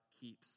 keeps